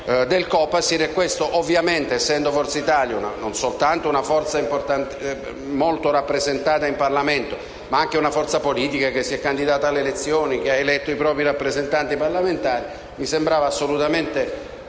organismo. Questo ovviamente, essendo Forza Italia, non soltanto una forza politica molto rappresentata in Parlamento, ma anche un partito che si è candidato alle elezioni e ha eletto i propri rappresentanti parlamentari, mi sembrava assolutamente